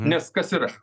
nes kas yra